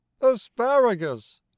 Asparagus